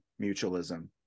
mutualism